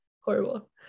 Horrible